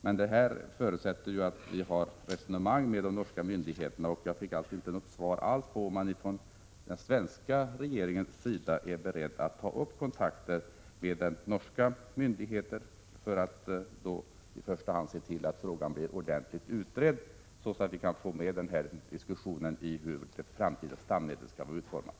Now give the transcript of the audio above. Men här förutsätts att vi har ett resonemang med norska myndigheter, och jag fick inte alls något svar på om den svenska regeringen är beredd att ta kontakter med norska myndigheter för att i första hand se till att den här frågan blir ordentligt utredd, så att vi kan få med den i diskussionen om hur det framtida stamnätet skall vara utformat.